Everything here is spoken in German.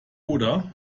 oder